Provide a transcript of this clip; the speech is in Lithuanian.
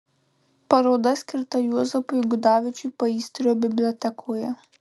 paroda skirta juozapui gudavičiui paįstrio bibliotekoje